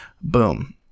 boom